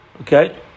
Okay